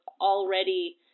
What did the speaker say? already